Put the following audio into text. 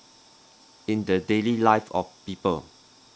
in the daily life of people